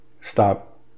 stop